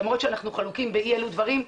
למרות שאנחנו חלוקים באי אילו דברים,